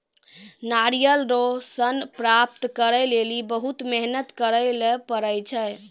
नारियल रो सन प्राप्त करै लेली बहुत मेहनत करै ले पड़ै छै